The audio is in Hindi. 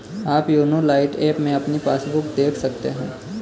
आप योनो लाइट ऐप में अपनी पासबुक देख सकते हैं